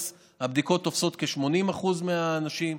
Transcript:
הבדיקות תופסות כ-80% מהאנשים.